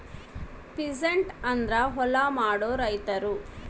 peasant ಅಂದ್ರ ಹೊಲ ಮಾಡೋ ರೈತರು